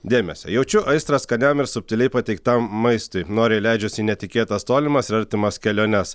dėmesio jaučiu aistrą skaniam ir subtiliai pateiktam maistui noriai leidžiuosi į netikėtas tolimas ir artimas keliones